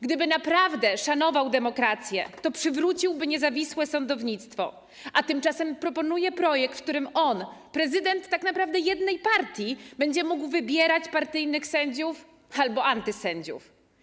Gdyby naprawdę szanował demokrację, to przywróciłby niezawisłe sądownictwo, a tymczasem proponuje projekt, w którym on, prezydent tak naprawdę jednej partii, będzie mógł wybierać partyjnych sędziów albo antysędziów.